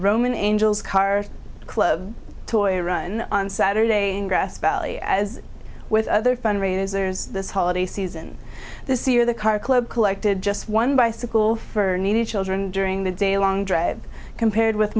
roman angels car club toy run on saturday in grass valley as with other fundraisers this holiday season this year the car club collected just one bicycle for needy children during the day long drive compared with